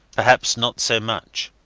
perhaps not so much.